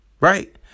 Right